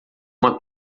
uma